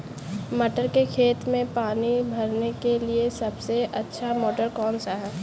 मटर के खेत में पानी भरने के लिए सबसे अच्छा मोटर कौन सा है?